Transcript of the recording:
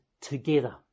together